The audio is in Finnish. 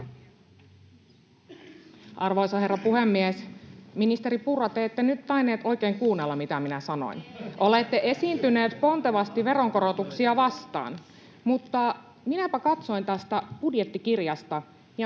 Arvoisa herra puhemies! Ministeri Purra, te ette nyt tainnut oikein kuunnella, mitä minä sanoin. [Sanna Antikainen: Te ette kuunnellut!] Olette esiintynyt pontevasti veronkorotuksia vastaan. Mutta minäpä katsoin tästä budjettikirjasta, ja